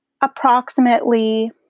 approximately